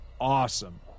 awesome